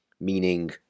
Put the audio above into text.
Meaning